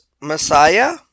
Messiah